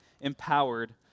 Empowered